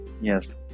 Yes